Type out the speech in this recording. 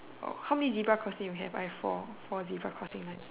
oh how many zebra crossing you have I have four four zebra crossing lines